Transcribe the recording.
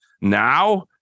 now